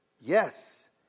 Yes